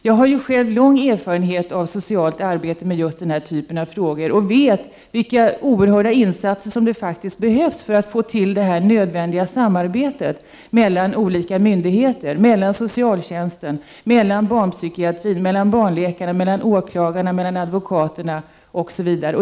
Jag har själv lång erfarenhet av socialt arbete med just den här typen av frågor och vet vilka oerhörda insatser som faktiskt behövs för att få till det nödvändiga samarbetet mellan olika myndigheter, mellan socialtjänsten, barnpsykiatrin, barnläkare, åklagare, advokater osv.